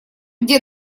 где